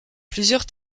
plusieurs